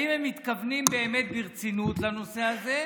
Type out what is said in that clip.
אם אתם מתכוונים באמת ברצינות לנושא הזה,